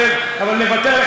אני מקווה תודה.